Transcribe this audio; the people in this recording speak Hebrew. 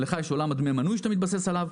לך יש עולם דמי המנוי שאתה מתבסס עליו,